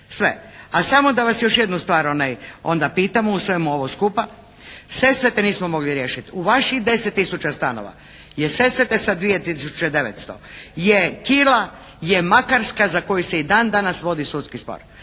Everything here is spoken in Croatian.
Sve. A samo da vas još jednu stvar onda pitam u svemu ovome skupa. Sesvete nismo mogli riješit. U vaših deset tisuća stanova je Sesvete sa dvije tisuće 900, …/Govornik se ne razumije./… je Makarska za koju se i dan danas vodi sudski spor.